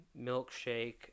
milkshake